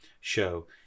show